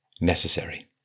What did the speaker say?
necessary